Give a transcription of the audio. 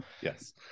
yes